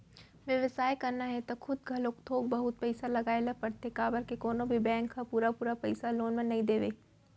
बेवसाय करना हे त खुद घलोक थोक बहुत पइसा लगाए ल परथे काबर के कोनो भी बेंक ह पुरा पुरा पइसा लोन म नइ देवय